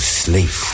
sleep